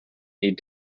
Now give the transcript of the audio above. need